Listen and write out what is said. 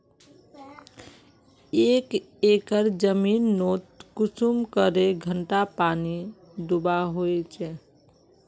एक एकर जमीन नोत कुंसम करे घंटा पानी दुबा होचए?